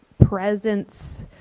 presence